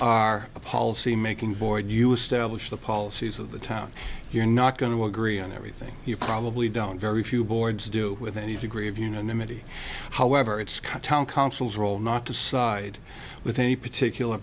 are a policy making board you establish the policies of the town you're not going to agree on everything you probably don't very few boards do with any degree of unanimity however it's town councils are all not to side with any particular